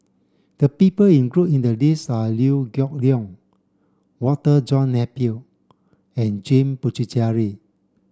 the people included in the list are Liew Geok Leong Walter John Napier and James Puthucheary